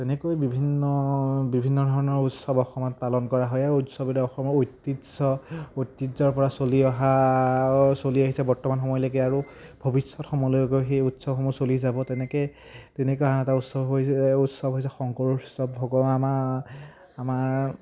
তেনেকৈ বিভিন্ন বিভিন্ন ধৰণৰ উৎসৱ অসমত পালন কৰা হয় এই উৎসৱতে অসমৰ ঐতিহ্য ঐতিহ্যৰপৰা চলি অহা চলি আহিছে বৰ্তমান সময়লৈকে আৰু ভৱিষ্যত সময়লৈকে সেই উৎসৱসমূহ চলি যাব তেনেকৈ তেনেকৈ আন এটা উৎসৱ হৈছে উৎসৱ হৈছে শংকৰ উৎসৱ ভগৱ আমাৰ আমাৰ